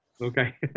okay